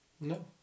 No